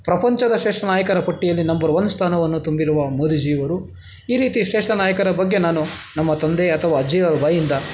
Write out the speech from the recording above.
ಪ್ರಪಂಚದ ಶ್ರೇಷ್ಠ ನಾಯಕರ ಪಟ್ಟಿಯಲ್ಲಿ ನಂಬರ್ ಒನ್ ಸ್ಥಾನವನ್ನು ತುಂಬಿರುವ ಮೋದೀಜಿಯವರು ಈ ರೀತಿ ಶ್ರೇಷ್ಠ ನಾಯಕರ ಬಗ್ಗೆ ನಾನು ನಮ್ಮ ತಂದೆ ಅಥವಾ ಅಜ್ಜಿಯವ್ರ ಬಾಯಿಂದ